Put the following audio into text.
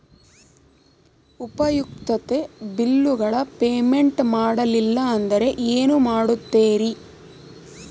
ಉಪಯುಕ್ತತೆ ಬಿಲ್ಲುಗಳ ಪೇಮೆಂಟ್ ಮಾಡಲಿಲ್ಲ ಅಂದರೆ ಏನು ಮಾಡುತ್ತೇರಿ?